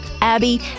Abby